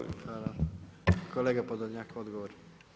Kolega Podolnjak, odgovor.